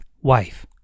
wife